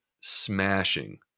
smashing